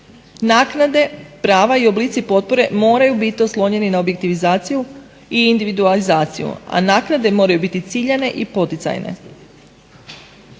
Naknade, prava i oblici potpore moraju biti oslonjeni na objektivizaciju i individualizaciju, a naknade moraju biti ciljane i poticajne.